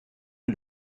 est